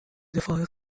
دفاع